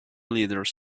leaders